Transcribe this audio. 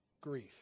grief